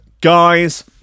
Guys